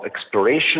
exploration